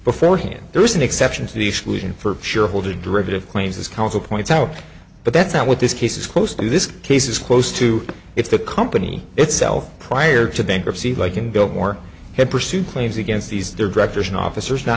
beforehand there is an exception to the exclusion for shareholders derivative claims as counsel points out but that's not what this case is close to this case is close to if the company itself prior to bankruptcy like in biltmore had pursued claims against these directors and officers not